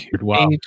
wow